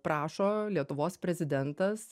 prašo lietuvos prezidentas